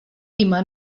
immer